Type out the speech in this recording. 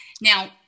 Now